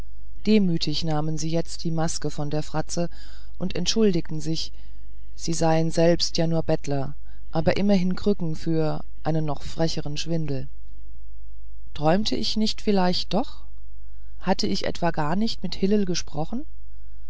demütig nahmen sie jetzt die maske von der fratze und entschuldigten sich sie seien selber ja nur bettler aber immerhin krücken für einen noch frecheren schwindel träumte ich nicht vielleicht doch hatte ich etwa gar nicht mit hillel gesprochen